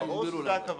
ברור שזה הכוונה.